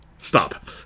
Stop